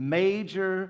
major